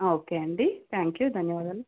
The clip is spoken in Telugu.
ఓకే అండి థ్యాంక్ యూ ధన్యవాదాలు